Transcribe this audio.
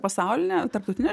pasaulinė tarptautinė